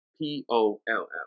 p-o-l-l